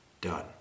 done